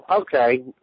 okay